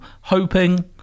hoping